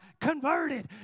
converted